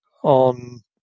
on